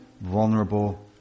vulnerable